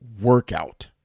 workout